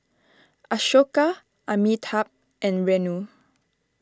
Ashoka Amitabh and Renu